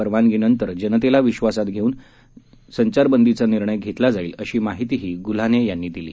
परवानगी नंतर जनतेला विश्वासात घेऊन जनता कर्फ्युंचा निर्णय घेतला जाईल अशी माहिती गुल्हाने यांनी दिली